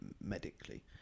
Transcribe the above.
medically